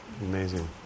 amazing